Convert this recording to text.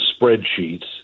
spreadsheets